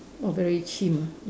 !wah! very chim ah